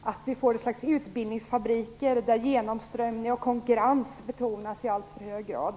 att vi får ett slags utbildningsfabriker, där genomströmning och konkurrens betonas i alltför hög grad.